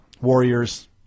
Warriors